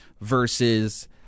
versus